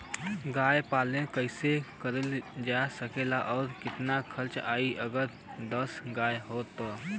गाय पालन कइसे करल जा सकेला और कितना खर्च आई अगर दस गाय हो त?